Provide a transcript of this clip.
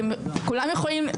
כולם יכולים,